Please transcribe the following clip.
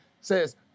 says